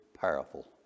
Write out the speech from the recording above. powerful